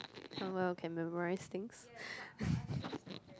how well I can memorize things